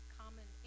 common